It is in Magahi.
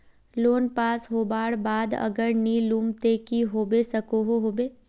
लोन पास होबार बाद अगर नी लुम ते की होबे सकोहो होबे?